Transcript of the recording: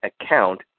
account